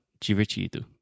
divertido